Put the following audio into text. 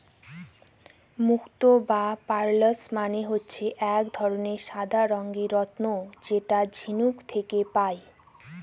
মুক্ত বা পার্লস মানে হচ্ছে এক ধরনের সাদা রঙের রত্ন যেটা ঝিনুক থেকে পায়